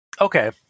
Okay